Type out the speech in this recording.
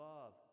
Love